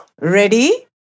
ready